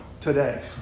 today